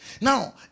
Now